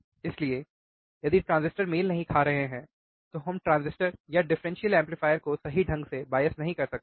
इसलिए यदि ट्रांजिस्टर मेल नहीं खा रहे हैं तो हम ट्रांजिस्टर या डिफरेंशियल एम्पलीफायर को सही ढंग से बायस नहीं कर सकते हैं